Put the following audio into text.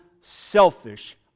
selfish